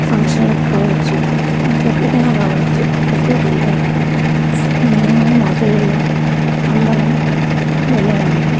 ఫంక్షన్లకు కావచ్చు ఇంక ఎక్కడికైనా కావచ్చు ప్రతి ఒక్క దగ్గరికి మేము మా పిల్లలు అందరం వెళ్ళేవాళ్ళమే